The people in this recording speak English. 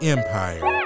Empire